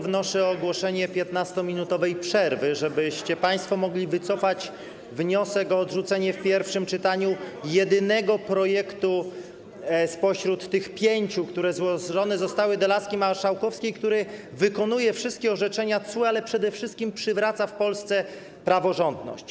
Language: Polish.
Wnoszę o ogłoszenie 15-minutowej przerwy, żebyście państwo mogli wycofać wniosek o odrzucenie w pierwszym czytaniu jedynego projektu spośród tych pięciu, które zostały złożone do laski marszałkowskiej, który wykonuje wszystkie orzeczenia TSUE, ale przede wszystkim przywraca w Polsce praworządność.